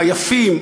היפים,